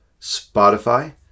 Spotify